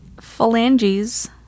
Phalanges